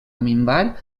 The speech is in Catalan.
minvar